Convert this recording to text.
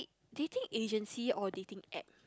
dating agency or dating app